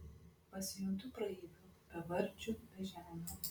pasijuntu praeiviu bevardžiu bežemiu